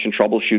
troubleshooting